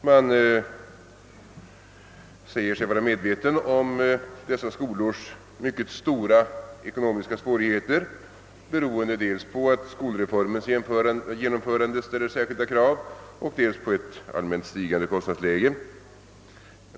Man säger sig vara medveten om dessa skolors mycket stora ekonomiska svårigheter beroende dels på att skolreformens genomförande ställer särskilda krav och dels på ett allmänt stigande kostnadsläge.